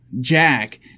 Jack